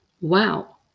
Wow